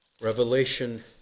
Revelation